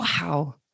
Wow